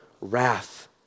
wrath